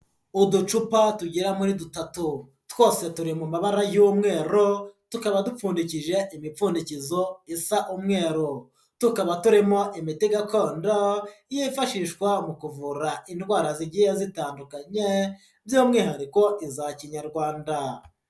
Uducupa tugera muri dutatu twose turi mu mabara y'umweru, tukaba dupfundikije imipfundikizo isa umweru, tukaba turimo imiti gakondo yifashishwa mu kuvura indwara zigiye zitandukanye by'umwihariko iza kinyarwanda.